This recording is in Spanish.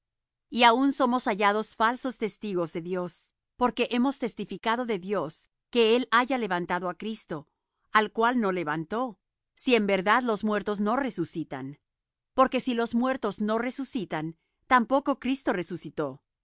y aun somos hallados falsos testigos de dios porque hemos testificado de dios que él haya levantado á cristo al cual no levantó si en verdad los muertos no resucitan porque si los muertos no resucitan tampoco cristo resucitó